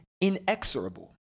inexorable